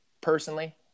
personally